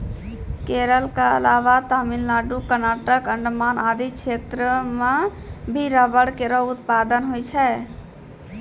केरल क अलावा तमिलनाडु, कर्नाटक, अंडमान आदि क्षेत्रो म भी रबड़ केरो उत्पादन होय छै